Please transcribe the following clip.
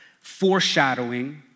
foreshadowing